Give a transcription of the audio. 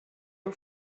you